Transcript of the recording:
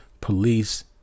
police